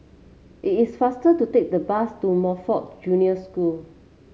it is faster to take the bus to Montfort Junior School